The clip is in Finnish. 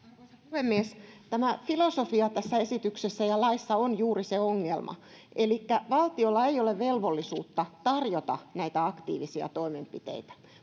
puhemies tämä filosofia tässä esityksessä ja laissa on juuri se ongelma elikkä valtiolla ei ole velvollisuutta tarjota näitä aktiivisia toimenpiteitä